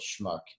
schmuck